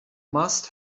must